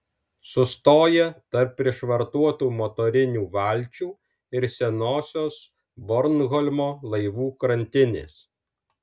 sustoja tarp prišvartuotų motorinių valčių ir senosios bornholmo laivų krantinės